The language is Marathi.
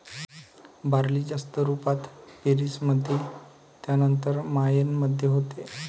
बार्ली जास्त रुपात पेरीस मध्ये त्यानंतर मायेन मध्ये होते